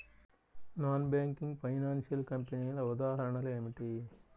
Non banking financial కంపెనీల ఉదాహరణలు ఏమిటి?